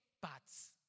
parts